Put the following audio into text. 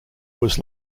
was